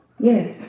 Yes